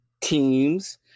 teams